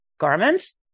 garments